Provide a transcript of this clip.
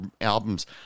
albums